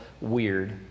weird